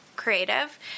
creative